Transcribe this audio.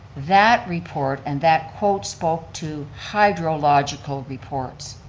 that report and that quote spoke to hydrological reports.